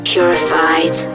Purified